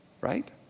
right